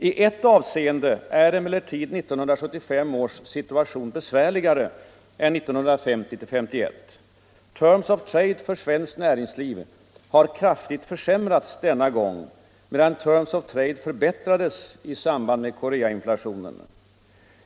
I ert avseende är emellertid 1975 års situation besvärligare än 1950-51: terms of trade för svenskt näringsliv har kraftigt försämrats denna gång medan terms of trade förbättrades i samband med Koreainflationen.